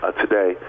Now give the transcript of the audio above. today